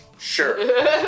Sure